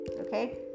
okay